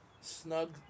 snug